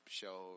show